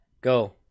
go